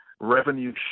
revenue